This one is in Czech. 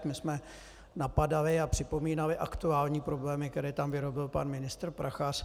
My jsme napadali a připomínali aktuální problémy, které tam vyrobil pan ministr Prachař.